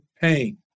pain